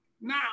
now